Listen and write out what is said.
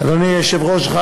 אדוני היושב-ראש,